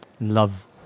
Love